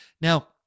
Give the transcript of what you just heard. now